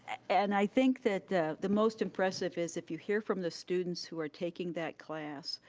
and i think that the the most impressive is if you hear from the students who are taking that class,